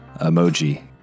emoji